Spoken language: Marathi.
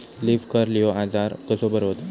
लीफ कर्ल ह्यो आजार कसो बरो व्हता?